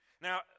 Now